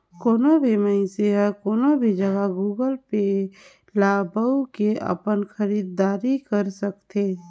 कोनो भी मइनसे हर कोनो भी जघा गुगल पे ल बउ के अपन खरीद दारी कर सकथे